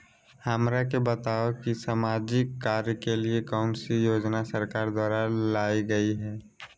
हमरा के बताओ कि सामाजिक कार्य के लिए कौन कौन सी योजना सरकार द्वारा लाई गई है?